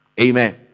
Amen